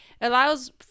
allows